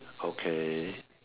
okay